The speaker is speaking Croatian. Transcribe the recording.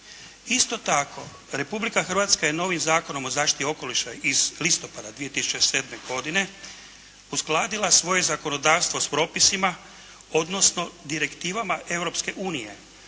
Isto tako, Republika Hrvatska je novim Zakonom o zaštiti okoliša iz listopada 2007. godine uskladila svoje zakonodavstvo s propisima odnosno direktivama Europske unije